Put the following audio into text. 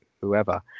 whoever